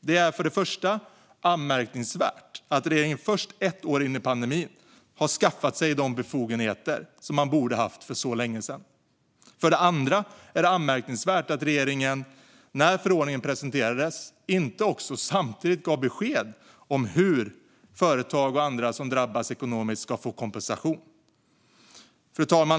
Det är för det första anmärkningsvärt att regeringen först ett år in i pandemin har skaffat sig de befogenheter som man borde ha haft för länge sedan. För det andra är det anmärkningsvärt att regeringen när förordningen presenterades inte samtidigt gav besked om hur företag och andra som drabbas ekonomiskt ska få kompensation.